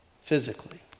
physically